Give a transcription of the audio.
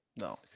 No